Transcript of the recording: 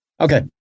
okay